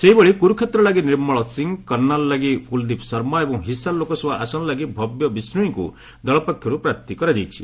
ସେହିଭଳି କୁରୁକ୍ଷେତ୍ର ଲାଗି ନିର୍ମଳ ସିଂ କର୍ଷାଲ୍ ଲାଗି କ୍ରଲଦୀପ୍ ଶର୍ମା ଏବଂ ହିସାର ଲୋକସଭା ଆସନ ଲାଗି ଭବ୍ୟ ବିଷ୍ଣୋଇଙ୍କୁ ଦଳ ପକ୍ଷରୁ ପ୍ରାର୍ଥୀ କରାଯାଇଛି